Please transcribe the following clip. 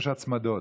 יש הצמדות.